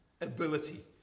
ability